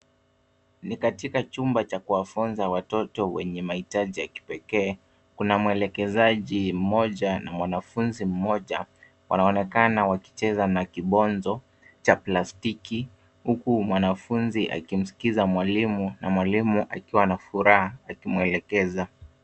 Ni katika chumba cha kuwafunza watoto wenye mahitaji ya kipekee. Kuna mwelekezaji mmoja na mwanafunzi mmoja wanaonekana wakicheza na kibonzo cha plastiki huku mwanafunzi akimskiza mwalimu na mwalimu akiwa na furaha akimwelekeza.